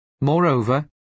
Moreover